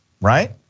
right